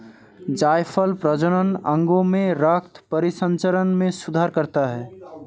जायफल प्रजनन अंगों में रक्त परिसंचरण में सुधार करता है